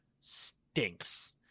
stinks